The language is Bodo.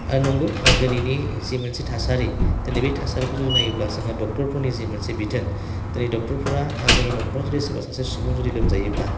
आरो नंगौ दिनैनि जि मोनसे थासारि दिनै बे थासारिखौ जुदि नायोब्ला जोङो डक्ट'रफोरनि जि मोनसे बिथोन दिनै डक्ट'रफोरा जोंनि न'खराव जुदि सोरबा सासे सुबुं जुदि लोमजायोब्ला